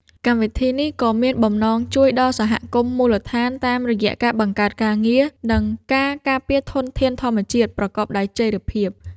កម្មវិធីនេះក៏មានបំណងជួយដល់សហគមន៍មូលដ្ឋានតាមរយៈការបង្កើតការងារ និងការការពារធនធានធម្មជាតិប្រកបដោយចីរភាព។